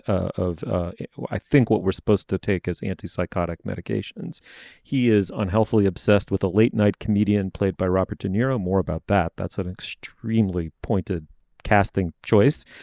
ah i think what we're supposed to take is antipsychotic medications he is unhealthily obsessed with a late night comedian played by robert de niro more about that. that's an extremely pointed casting choice.